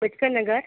बचका नगर